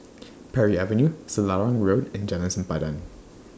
Parry Avenue Selarang Road and Jalan Sempadan